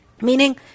Meaning